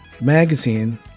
magazine